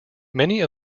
many